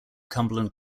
cumberland